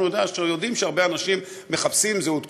אנחנו יודעים שהרבה אנשים מחפשים זהות כפולה,